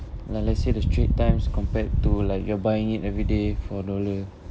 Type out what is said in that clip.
now let's say there's three times compared to like you're buying it everyday for a dollar